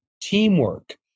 teamwork